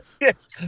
Yes